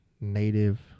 native